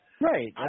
Right